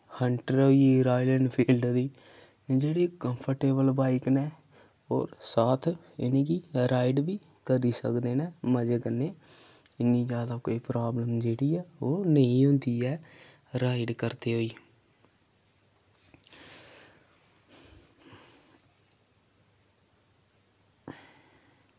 Hunter होई गेई Royal Enfield दी जेह्ड़ी कम्फर्टेबल बाइक न होर साथ इ'नेंगी राइड बी करी सकदे न मजे कन्नै इ'न्नी ज्यादा कोई प्राब्लम जेह्ड़ी ऐ ओह् नेईं होंदी ऐ राइड करदे होई